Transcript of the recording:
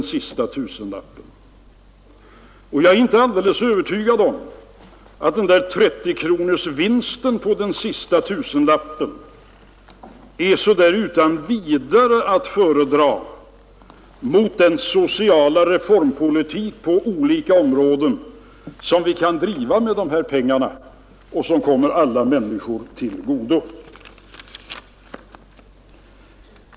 Jag är inte övertygad om att det utan vidare är att föredra att låta skattebetalaren göra denna vinst på 30 kronor på den sista tusenlappen, om man jämför med den sociala utvecklingspolitik på olika områden som vi kan driva med dessa pengar och som resulterar i åtgärder som kommer alla människor i samhället till godo.